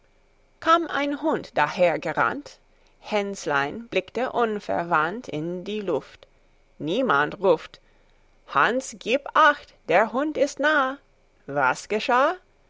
kam ein hund daher gerannt hännslein blickte unverwandt in die luft niemand ruft hanns gib acht der hund ist nah was geschah